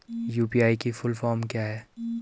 UPI की full form क्या है?